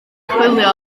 chwilio